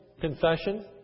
confession